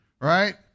Right